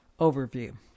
Overview